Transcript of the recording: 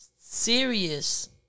serious